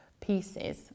pieces